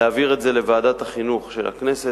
להעברת הנושא לוועדת החינוך של הכנסת,